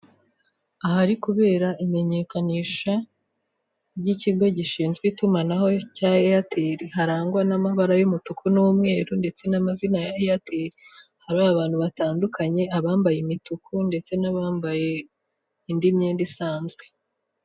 Ahari kubara imenyekanisha ry'ikigo gishinzwe itumanaho cya eyateli harangwa n'amabara y'umutuku n'umweru ndetse n'amazina ya eyateli hari abantu batandukanye abambaye imituku ndetse n'abambaye indi myenda isanzwe.